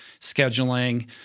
scheduling